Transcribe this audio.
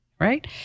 right